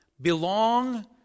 belong